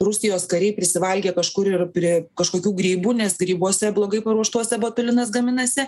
rusijos kariai prisivalgė kažkur ir prie kažkokių grybų nes grybuose blogai paruoštuose botulinas gaminasi